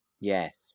yes